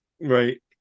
Right